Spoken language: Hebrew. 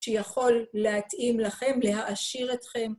שיכול להתאים לכם, להעשיר אתכם.